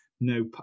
no